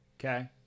Okay